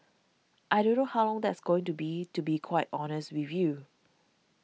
I don't know how long that's going to be to be quite honest with you